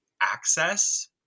access